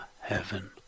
heaven